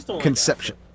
conception